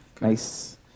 Nice